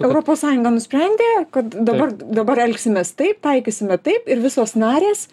europos sąjunga nusprendė kad dabar dabar elgsimės taip taikysime taip ir visos narės